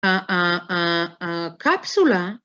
ה.. ה.. הקפסולה